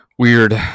Weird